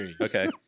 Okay